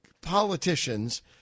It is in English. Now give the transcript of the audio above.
politicians